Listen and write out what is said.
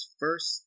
first